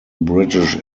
british